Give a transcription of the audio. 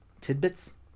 tidbits